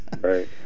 Right